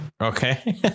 Okay